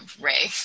Ray